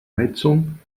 heizung